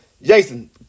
Jason